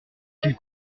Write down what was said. qu’il